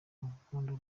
rukundo